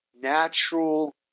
natural